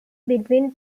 between